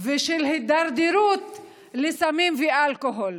ושל הידרדרות לסמים ואלכוהול,